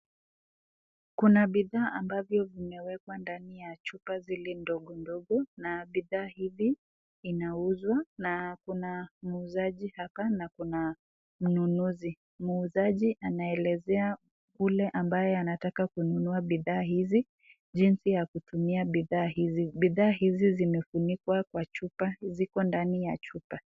Kuna bidhaa ambazo zimeekwa ndani ya chupa zile ndogo ndogo, na bidhaa hizi zinauzwa, kuna muuzaji hapa na kuna mnunuzi, muuzaji anaelezea yule ambaye anataka kununua bidhaa hizi jinsi ya kutumia bidhaa hizi. Bidhaa hizi zimefunikwa na chupa ziko ndani ya chupa.